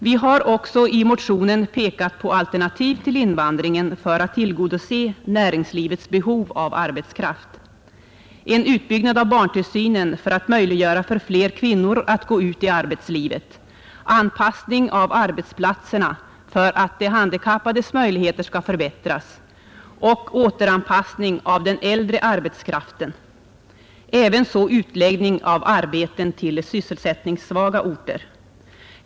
Vi har också i motionen pekat på alternativ till invandringen för att tillgodose näringslivets behov av arbetskraft: en utbyggnad av barntillsynen för att möjliggöra för fler kvinnor att gå ut i arbetslivet, anpassning av arbetsplatserna för att de handikappades möjligheter skall förbättras och återanpassning av den äldre arbetskraften, ävenså utläggning av arbeten till sysselsättningssvaga orter.